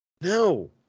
No